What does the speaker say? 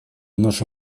наша